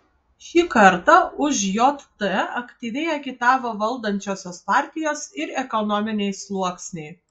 šį kartą už jt aktyviai agitavo valdančiosios partijos ir ekonominiai sluoksniai